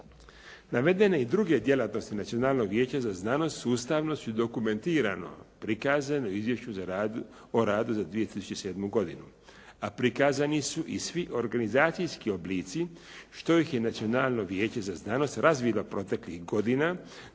Navedene i druge djelatnosti Nacionalnog vijeća za znanost sustavno su i dokumentirano prikazane u Izvješću o radu za 2007. godinu, a prikazani su i svi organizacijski oblici što ih je Nacionalno vijeće za znanost razvilo proteklih godina